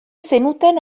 zenuten